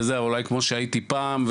אולי כמו שהייתי פעם.